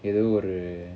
இதும்ஒரு:idhum oru